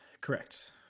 Correct